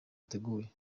ateguye